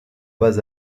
bas